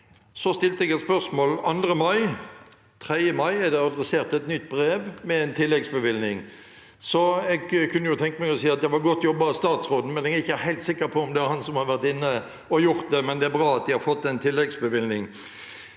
Så stilte jeg et spørsmål den 2. mai, og 3. mai ble det adressert et nytt brev med tilleggsbevilgning. Jeg kunne derfor tenke meg å si at det var godt jobbet av statsråden, men jeg er ikke helt sikker på om det er han som har vært inne og gjort det. Uansett er det bra at de har fått en tilleggsbevilgning.